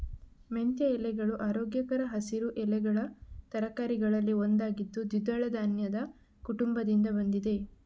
ಮೆಂತ್ಯ ಎಲೆಗಳು ಆರೋಗ್ಯಕರ ಹಸಿರು ಎಲೆಗಳ ತರಕಾರಿಗಳಲ್ಲಿ ಒಂದಾಗಿದ್ದು ದ್ವಿದಳ ಧಾನ್ಯದ ಕುಟುಂಬದಿಂದ ಬಂದಿದೆ